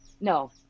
No